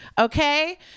okay